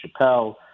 Chappelle